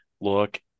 Look